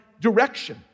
direction